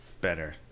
better